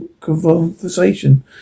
conversation